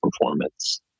performance